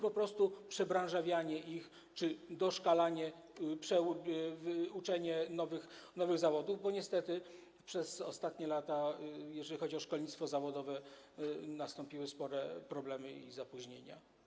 Po prostu jest to przebranżawianie ich czy doszkalanie, uczenie nowych zawodów, bo niestety przez ostatnie lata, jeżeli chodzi o szkolnictwo zawodowe, nastąpiły spore problemy i zapóźnienia.